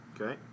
Okay